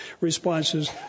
Responses